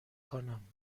کنم